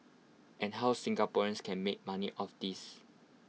and how Singaporeans can make money off this